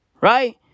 Right